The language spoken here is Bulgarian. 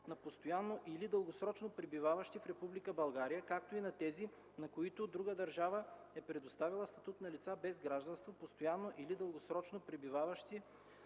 на постоянно или дългосрочно пребиваващи в Република България, както и на тези, на които друга държава е предоставила статут на лица без гражданство, постоянно или дългосрочно пребиваващи